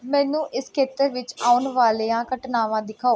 ਮੈਨੂੰ ਇਸ ਖੇਤਰ ਵਿੱਚ ਆਉਣ ਵਾਲੀਆਂ ਘਟਨਾਵਾਂ ਦਿਖਾਓ